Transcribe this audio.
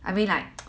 I mean like